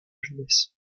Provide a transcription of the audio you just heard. jeunesse